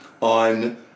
on